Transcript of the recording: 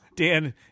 Dan